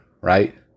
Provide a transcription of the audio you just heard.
Right